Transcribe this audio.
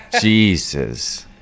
Jesus